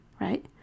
right